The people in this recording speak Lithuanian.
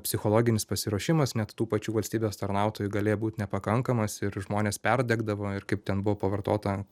psichologinis pasiruošimas net tų pačių valstybės tarnautojų galėjo būt nepakankamas ir žmonės perdegdavo ir kaip ten buvo pavartota